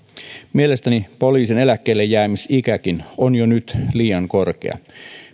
mielestäni poliisin eläkkeellejäämisikäkin on jo nyt liian korkea